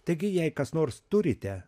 taigi jei kas nors turite